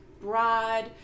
broad